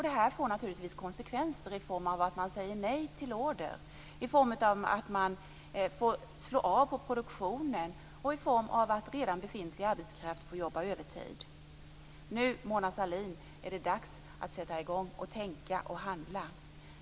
Detta får naturligtvis konsekvenser i form av att man fått säga nej till order, dra ned på produktionen och att redan befintlig arbetskraft får jobba mer övertid. Nu, Mona Sahlin, är det dags att sätta i gång, tänka och handla.